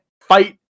fight